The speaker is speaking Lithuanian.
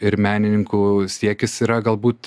ir menininkų siekis yra galbūt